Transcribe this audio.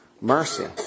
mercy